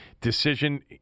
decision